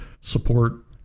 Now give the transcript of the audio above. support